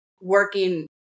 working